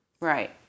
right